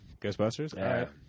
Ghostbusters